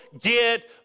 get